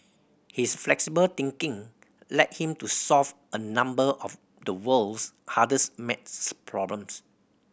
his flexible thinking led him to solve a number of the world's hardest maths problems